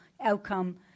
outcome